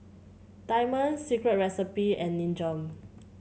Diamond Secret Recipe and Nin Jiom